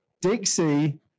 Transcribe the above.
Dixie